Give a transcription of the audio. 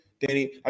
Danny